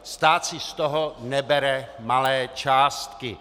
Stát si z toho nebere malé částky.